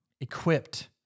equipped